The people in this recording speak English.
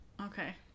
Okay